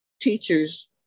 teachers